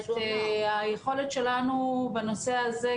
היכולת שלנו בנושא הזה,